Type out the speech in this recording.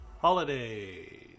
Holidays